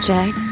Jack